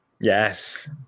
Yes